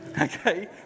Okay